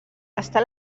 està